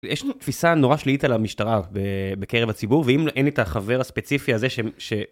יש לנו תפיסה נורא שלילית על המשטרה בקרב הציבור, ואם אין את החבר הספציפי הזה ש...